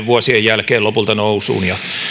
vuosien jälkeen lopulta nousuun ja